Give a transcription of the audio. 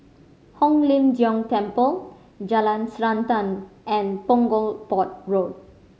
Hong Lim Jiong Temple Jalan Srantan and Punggol Port Road